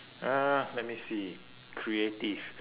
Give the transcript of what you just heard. uh let me see creative